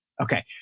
Okay